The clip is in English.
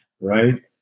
right